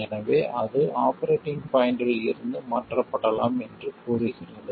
எனவே அது ஆபரேட்டிங் பாய்ண்ட்டில் இருந்து மாற்றப்படலாம் என்று கூறுகிறது